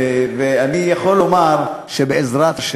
אני יכול לומר שבעזרת השם,